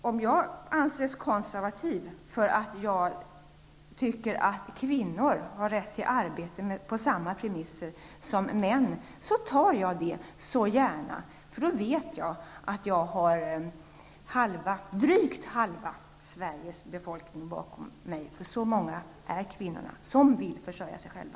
Om jag anses konservativ för att jag tycker att kvinnor har rätt till arbete på samma premisser som män tar jag det så gärna, för då vet jag att jag har drygt halva Sveriges befolkning bakom mig -- så många är kvinnorna som vill försörja sig själva.